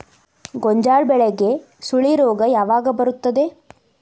ಗೋಂಜಾಳ ಬೆಳೆಗೆ ಸುಳಿ ರೋಗ ಯಾವಾಗ ಬರುತ್ತದೆ?